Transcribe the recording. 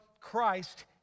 Christ